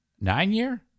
nine-year